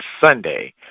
Sunday